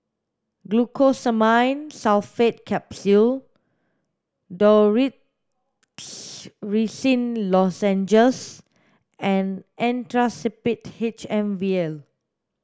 Glucosamine Sulfate Capsule Dorithricin Lozenges and Actrapid H M vial